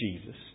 Jesus